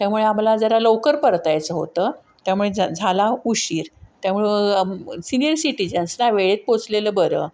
त्यामुळे आम्हाला जरा लवकर परतायचं होतं त्यामुळे झा झाला उशीर त्यामुळं सिनियर सिटीजन्स ना वेळेत पोचलेलं बरं